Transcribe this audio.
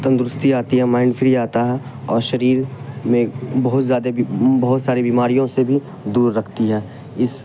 تندرستی آتی ہے مائنڈ فری آتا ہے اور شریر میں بہت زیادہ بہت ساری بیماریوں سے بھی دور رکھتی ہے اس